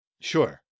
Sure